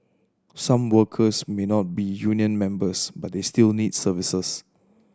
some workers may not be union members but they still need services